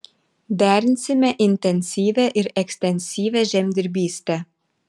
derinsime intensyvią ir ekstensyvią žemdirbystę